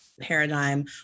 Paradigm